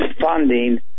funding